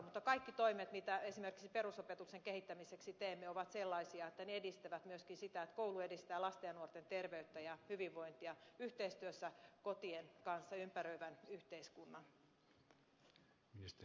mutta kaikki toimet mitä esimerkiksi perusopetuksen kehittämiseksi teemme ovat sellaisia että ne edistävät myöskin sitä että koulu edistää lasten ja nuorten terveyttä ja hyvinvointia yhteistyössä kotien ja ympäröivän yhteiskunnan kanssa